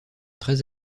très